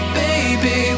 baby